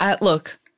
look